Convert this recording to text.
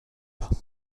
pas